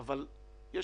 אבל יש